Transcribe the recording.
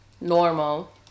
Normal